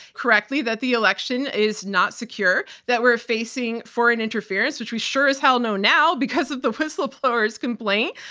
correctly, that the election is not secure, that we are facing foreign interference, which we sure as hell know now because of the whistleblower's complaint.